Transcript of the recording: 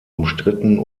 umstritten